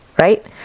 Right